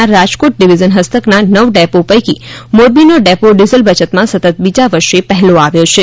ના રાજકોટ ડિવિઝન ફસ્તકના નવ ડેપો પૈકી મોરબીનો ડેપો ડિઝલ બચતમાં સતત બીજા વર્ષે પહેલો આવ્યો છે